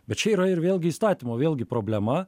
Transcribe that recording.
bet čia yra ir vėlgi įstatymo vėlgi problema